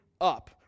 up